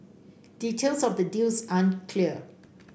details of the deals aren't clear